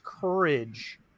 courage